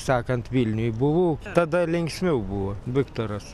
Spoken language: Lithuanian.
sakant vilniuj buvau tada linksmiau buvo viktoras